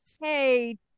hey